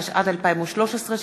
התשע"ד 2013,